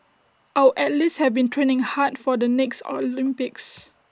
our athletes have been training hard for the next Olympics